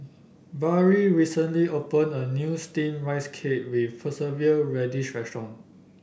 Barrie recently opened a new steam Rice Cake with preserve radish restaurant